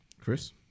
Chris